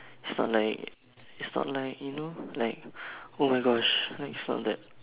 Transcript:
it's not like it's not like you know like oh my gosh like it's not that